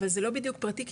אבל זה לא בדיוק פרטיים,